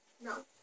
No